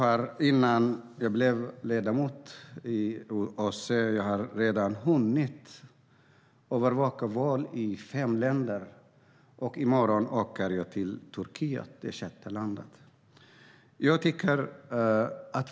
Sedan jag blev ledamot i OSSE har jag redan hunnit övervaka val i fem länder, och i morgon åker jag till Turkiet, det sjätte landet.